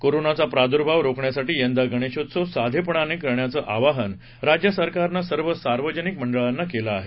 कोरोनाचा प्रादुर्भाव रोखण्यासाठी यंदा गणेशोत्सव साधेपणाने कऱण्याचं आवाहन राज्य सरकारनं सर्व सार्वजनीक मंडळांना केलं आहे